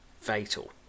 fatal